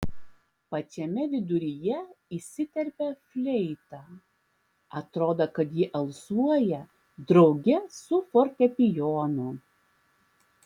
pačiame viduryje įsiterpia fleita atrodo kad ji alsuoja drauge su fortepijonu